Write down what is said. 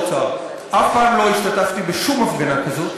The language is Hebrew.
אף פעם לא השתתפתי בשום הפגנה כזאת.